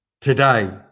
today